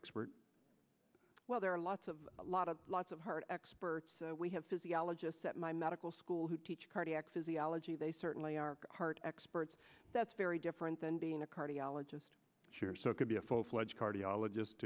ad well there are lots of a lot of lots of heart experts we have physiologists at my medical school who teach cardiac physiology they certainly are heart experts that's very different than being a cardiologist so it could be a full fledged cardiologist